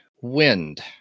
Wind